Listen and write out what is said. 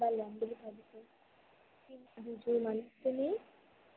কিবা ল'ম বুলি ভাবিছোঁ তিন দুযোৰ মান তুমি